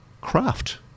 Craft